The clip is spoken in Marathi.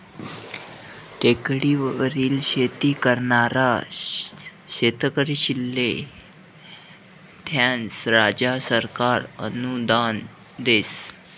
टेकडीवर शेती करनारा शेतकरीस्ले त्यास्नं राज्य सरकार अनुदान देस